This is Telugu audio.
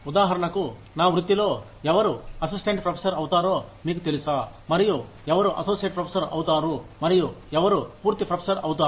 ఉదాహరణకు నా వృత్తిలో ఎవరు అసిస్టెంట్ ప్రొఫెసర్ అవుతారో మీకు తెలుసా మరియు ఎవరు అసోసియేట్ ప్రొఫెసర్ అవుతారు మరియు ఎవరు పూర్తి ప్రొఫెసర్ అవుతారు